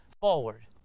forward